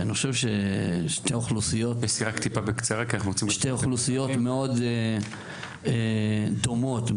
שאני חושב שאלה שתי אוכלוסיות מאוד דומות